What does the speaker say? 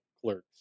Clerks